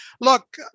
Look